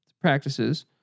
practices